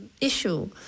issue